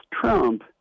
Trump